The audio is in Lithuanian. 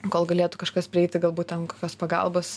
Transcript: kol galėtų kažkas prieiti galbūt ten kokios pagalbos